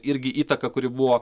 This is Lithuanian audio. irgi įtaką kuri buvo